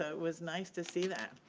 it was nice to see that,